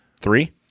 Three